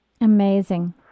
Amazing